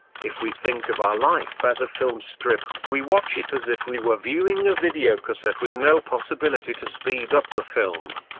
if we think of our life as a filmstrip, we watch it as if we were viewing a videocassette with no possibility to speed up the film.